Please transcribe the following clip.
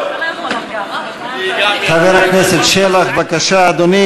ומה יש להגיד לכם על, בזמן החרדים?